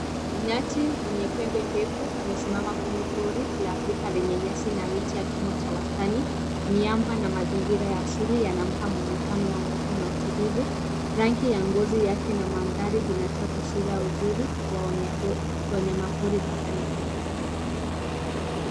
Nyati mwenye pembe defu amesimama kwenye pori la Afrika lenye nyasi na miti yenye kimo cha wastani, miamba na mazingira ya asili yanampa muonekano wa nguvu na utulivu. Rangi ya ngozi yake na mandhari inatoa taswrira ya uzuri wa wanayama pori barani Afrika.